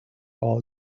all